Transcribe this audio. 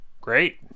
Great